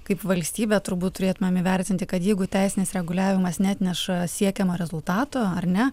kaip valstybė turbūt turėtumėm įvertinti kad jeigu teisinis reguliavimas neatneša siekiamo rezultato ar ne